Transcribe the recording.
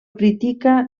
critica